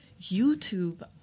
YouTube